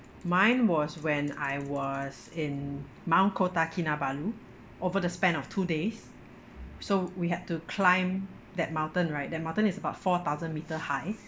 mine was when I was in mount kota kinabalu over the span of two days so we had to climb that mountain right that mountain is about four thousand metre high